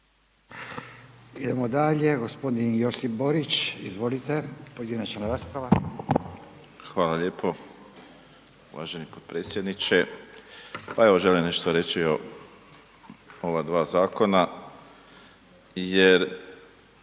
Idemo dalje. g. Josip Borić, izvolite, pojedinačna rasprava. **Borić, Josip (HDZ)** Hvala lijepo uvaženi potpredsjedniče. Pa evo želim nešto reći o ova dva zakona jer